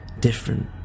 different